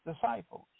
disciples